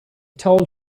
told